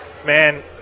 Man